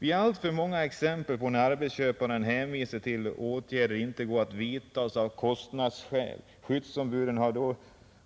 Vi har alltför många exempel på hur arbetsköparen hänvisar till att åtgärder inte kan vidtas av kostnadsskäl. Skyddsombuden